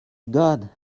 god